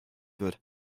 wird